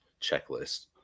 checklist